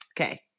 Okay